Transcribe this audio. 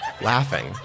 laughing